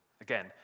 Again